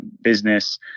business